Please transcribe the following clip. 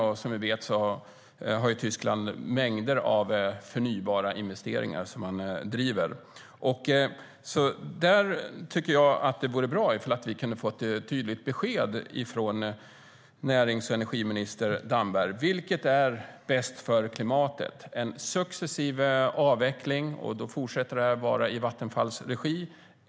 Som vi vet gör ju Tyskland mängder av investeringar i förnybart. Det vore bra om vi kunde få ett tydligt besked från närings och innovationsminister Damberg: Vad är bäst för klimatet? Vid en successiv avveckling fortsätter kolkraftverken att drivas i Vattenfalls regi.